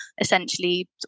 essentially